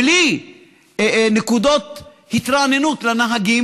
בלי נקודות התרעננות לנהגים,